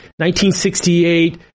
1968